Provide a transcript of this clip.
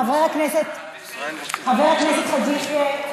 חבר הכנסת חאג' יחיא,